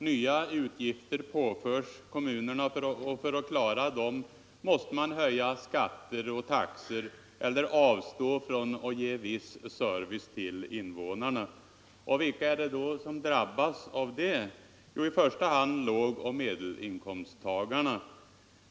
Nya utgifter påförs kommunerna, och för att kunna klara dem måste man höja skatter och taxor eller avstå från att ge viss service till invånarna. Vilka är det då som drabbas av detta? Jo, det är i första hand lågoch medelinkomsttagarna.